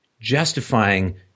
justifying